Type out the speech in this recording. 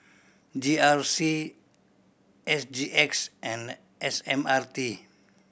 G R C S G X and S M R T